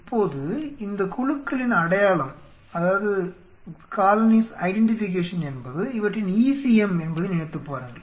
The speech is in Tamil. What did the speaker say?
இப்போது இந்த குழுக்களின் அடையாளம் என்பது இவற்றின் ECM என்பதை நினைத்துப் பாருங்கள்